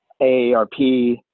AARP